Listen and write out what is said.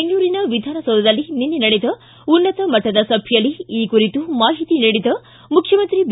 ಬೆಂಗಳೂರಿನ ವಿಧಾನಸೌಧದಲ್ಲಿ ನಿನ್ನೆ ನಡೆದ ಉನ್ನತ ಮಟ್ಟದ ಸಭೆಯಲ್ಲಿ ಈ ಕುರಿತು ಮಾಹಿತಿ ನೀಡಿದ ಮುಖ್ಯಮಂತ್ರಿ ಬಿ